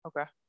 Okay